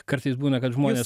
kartais būna kad žmonės